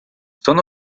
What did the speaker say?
son